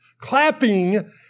Clapping